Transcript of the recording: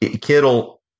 Kittle